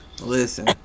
Listen